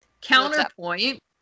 Counterpoint